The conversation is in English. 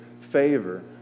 favor